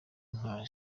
nka